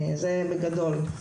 זה בגדול.